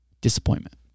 Disappointment